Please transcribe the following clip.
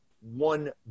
one